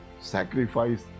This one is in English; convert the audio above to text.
sacrifice